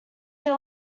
this